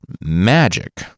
Magic